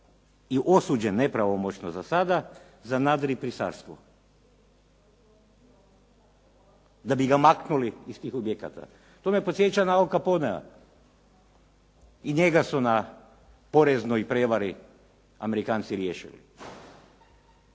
i osuđen nepravomoćno za sada za … /Govornik se ne razumije./ … da bi ga maknuli iz tih objekata. To me podsjeća na Al Caponea i njega su na poreznoj prevari Amerikanci riješili.